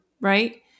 right